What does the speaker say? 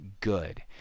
good